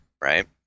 Right